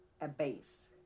abase